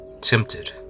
Tempted